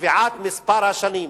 וקביעת מספר השנים,